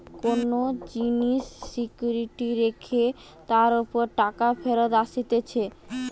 কোন জিনিস সিকিউরিটি রেখে তার উপর টাকা ফেরত আসতিছে